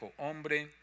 hombre